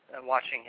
watching